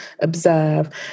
observe